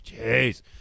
jeez